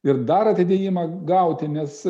ir dar atidėjimą gauti nes